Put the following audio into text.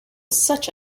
such